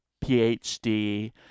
Ph.D